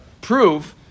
prove